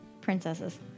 princesses